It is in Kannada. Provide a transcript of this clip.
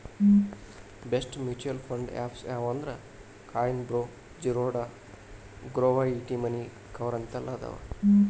ಬೆಸ್ಟ್ ಮ್ಯೂಚುಯಲ್ ಫಂಡ್ ಆಪ್ಸ್ ಯಾವಂದ್ರಾ Coin by Zerodha Groww ET Money Kuvera ಅಂತೆಲ್ಲಾ ಅದಾವ